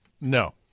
No